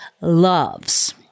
loves